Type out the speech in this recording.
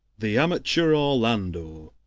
the amateur orlando